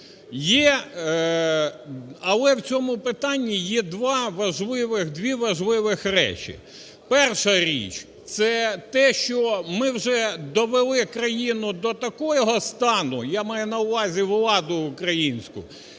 Але у цьому питанні є дві важливих речі. Перша річ – це те, що ми довели країну до такого стану, я маю на увазі владу українську,